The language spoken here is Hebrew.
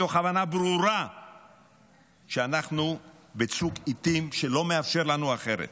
מתוך הבנה ברורה שאנחנו בצוק עיתים שלא מאפשר לנו אחרת,